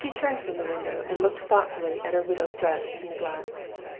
she turned from the window, and looked thoughtfully at her widow's dress in the glass.